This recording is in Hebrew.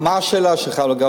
מה השאלה שלך?